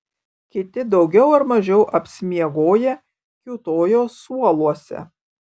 kiti daugiau ar mažiau apsimiegoję kiūtojo suoluose